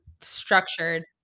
structured